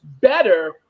better